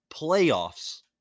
playoffs